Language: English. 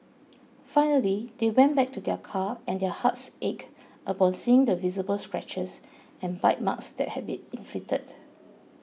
finally they went back to their car and their hearts ached upon seeing the visible scratches and bite marks that had been inflicted